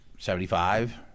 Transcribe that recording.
Seventy-five